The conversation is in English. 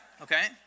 Okay